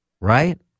right